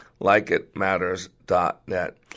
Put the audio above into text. likeitmatters.net